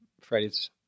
Freddy's